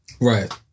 Right